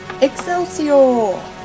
Excelsior